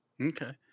Okay